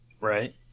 Right